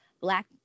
black